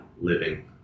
living